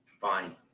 Fine